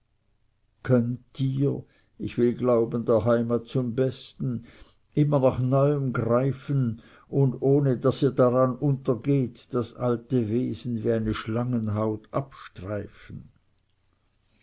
ich will glauben der heimat zum besten immer nach neuem greifen und ohne daß ihr daran untergehet das alte wesen wie eine schlangenhaut abstreifen